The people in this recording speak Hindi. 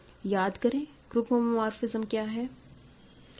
याद करें ग्रुप होमोमोर्फिसम क्या है